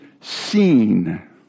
seen